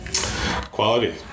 Quality